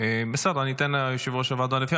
אתן ליושב-ראש הוועדה לפני,